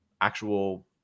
actual